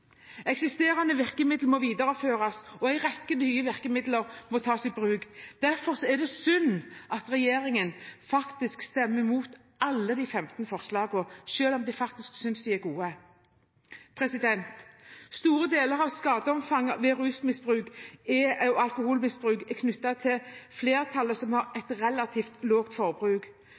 Eksisterende virkemidler må videreføres, og en rekke nye virkemidler må tas i bruk. Derfor er det synd at regjeringspartiene stemmer imot alle de 15 forslagene i representantforslaget, selv om de synes de er gode. Store deler av skadeomfanget ved alkoholmisbruk er knyttet til flertallet, som har